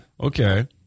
okay